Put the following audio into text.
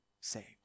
saved